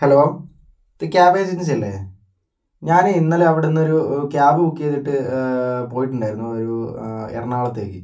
hello ഇത് cab agency അല്ലെ ഞാൻ ഇന്നലെ അവിടെ നിന്ന് ഒരു ക്യാബ് ബുക്ക് ചെയ്തിട്ട് പോയിട്ടുണ്ടായിരുന്നു ഒരു എറണാകുളത്തേക്ക്